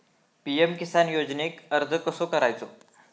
PM Kisan योजनेक अर्ज कसो करायचो?